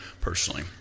personally